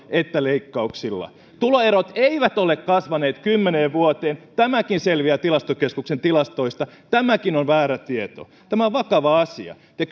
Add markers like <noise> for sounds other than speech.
että leikkauksilla tuloerot eivät ole kasvaneet kymmeneen vuoteen tämäkin selviää tilastokeskuksen tilastoista tämäkin on väärä tieto tämä on vakava asia te <unintelligible>